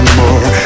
more